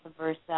versa